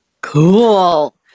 cool